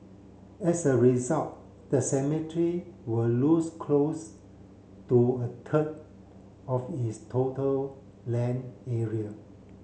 as a result the cemetery will lose close to a third of its total land area